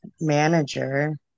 manager